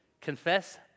Confess